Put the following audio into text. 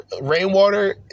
rainwater